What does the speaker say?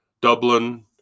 Dublin